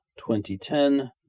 2010